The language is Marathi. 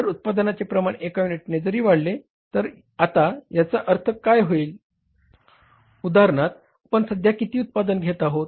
जर उत्पादनाचे प्रमाण एका युनिटने जरी वाढले तर आता याचा अर्थ काय होईल उदाहरणार्थ आपण सध्या किती उत्पादन घेत आहोत